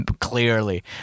clearly